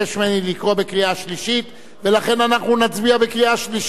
ולכן אנחנו נצביע בקריאה שלישית על הצעת